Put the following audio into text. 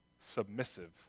submissive